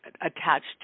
attached